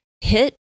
hit